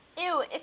Ew